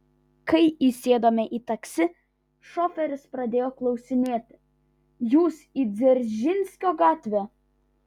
kai įsėdome į taksi šoferis pradėjo klausinėti jūs į dzeržinskio gatvę